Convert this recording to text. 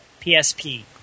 PSP